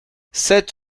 sept